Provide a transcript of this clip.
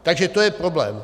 Takže to je problém.